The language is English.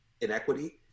inequity